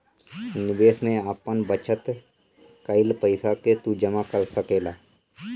निवेश में आपन बचत कईल पईसा के तू जमा कर सकेला